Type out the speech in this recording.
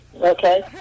Okay